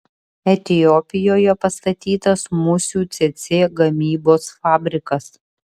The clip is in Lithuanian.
etiopijoje pastatytas musių cėcė gamybos fabrikas